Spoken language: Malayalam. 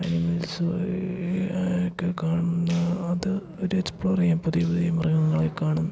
ആനിമൽസ് ഒക്കെ കാണുന്ന അത് ഒരു എക്സ്പ്ലോർ ചെയ്യാൻ പുതിയ പുതിയ മൃഗങ്ങളെ കാണും